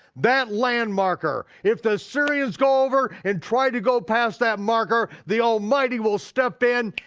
that land marker, if the syrians go over and try to go past that marker, the almighty will step in,